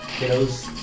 kiddos